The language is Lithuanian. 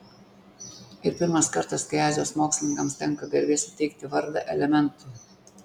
ir pirmas kartas kai azijos mokslininkams tenka garbė suteikti vardą elementui